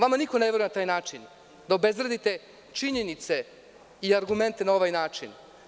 Vama niko ne veruje na taj način, da obezvredite činjenice i argumente na ovaj način.